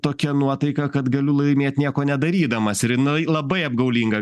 tokia nuotaika kad galiu laimėt nieko nedarydamas ir nu ji labai apgaulinga